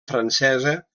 francesa